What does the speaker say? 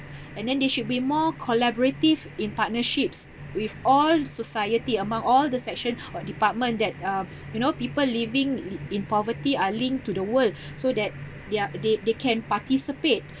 and then they should be more collaborative in partnerships with all society among all the section or department that uh you know people living in in poverty are linked to the world so that they're they they can participate